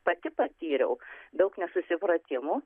pati patyriau daug nesusipratimų